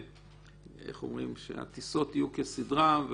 שהטיסות יהיו כסדרן,